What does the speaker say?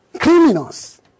criminals